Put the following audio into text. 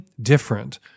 different